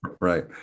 right